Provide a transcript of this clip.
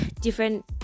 different